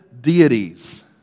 deities